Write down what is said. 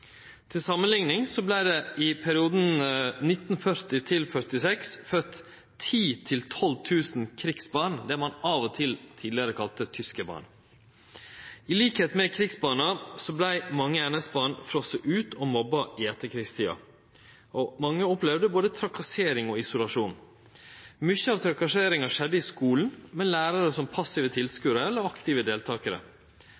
Til samanlikning vart det i perioden 1940–1946 fødd 10 000–12 000 krigsbarn, dei ein av og til tidlegare kalla tyskarbarn. Til liks med krigsbarna vart mange NS-barn frosne ut og mobba i etterkrigstida, og mange opplevde både trakassering og isolasjon. Mykje av trakasseringa skjedde i skulen, med lærarar som passive tilskodarar eller aktive